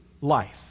life